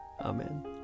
Amen